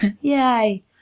Yay